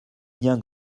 bien